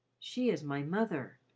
she is my mother,